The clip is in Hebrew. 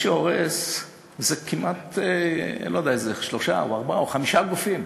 מי שהורס זה שלושה, ארבעה או חמישה גופים